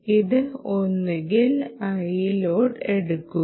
അത് ഒന്നുകിൽ എടുക്കുന്നു